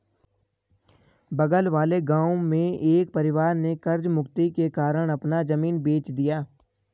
बगल वाले गांव में एक परिवार ने कर्ज मुक्ति के कारण अपना जमीन बेंच दिया